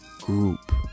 group